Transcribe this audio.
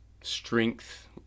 strength